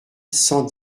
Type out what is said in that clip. cent